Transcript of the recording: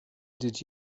did